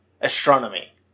Astronomy